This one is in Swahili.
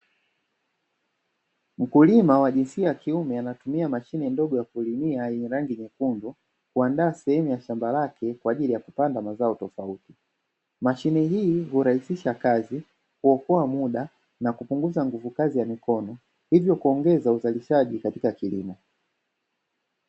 Mkulima wa jinsia ya kiume anatumia mashine ndogo ya kulimia, yenye rangi nyekundu, kuandaa sehemu ya shamba lake kwa ajili ya kupanda mazao tofauti, mashine hii, hurahisisha kazi, huokoa muda na kupunguza nguvu kazi ya mikono, hivyo kuongeza uzalishaji katika kilimo.